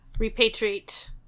repatriate